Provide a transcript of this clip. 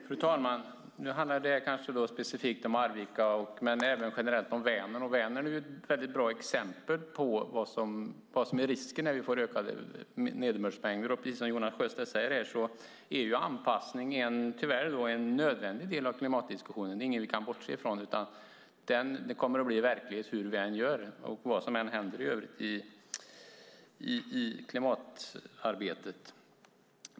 Fru talman! Det här handlar specifikt om Arvika, men också om Vänern. Vänern är ett bra exempel på riskerna med ökade nederbördsmängder. Som Jonas Sjöstedt säger är anpassning tyvärr en nödvändig del av klimatdiskussionen. Det är ingenting vi kan bortse från; det kommer att bli verklighet vad vi än gör och vad som än händer i klimatarbetet.